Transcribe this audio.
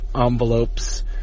envelopes